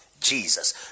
Jesus